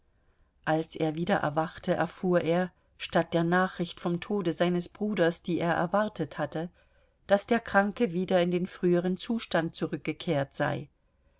als er wieder erwachte erfuhr er statt der nachricht vom tode seines bruders die er erwartet hatte daß der kranke wieder in den früheren zustand zurückgekehrt sei